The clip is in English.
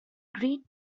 great